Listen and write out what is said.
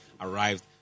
arrived